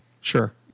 Sure